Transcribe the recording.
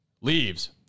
Leaves